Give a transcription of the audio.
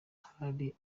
hari